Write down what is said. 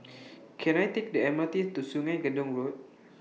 Can I Take The M R T to Sungei Gedong Road